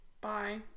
Bye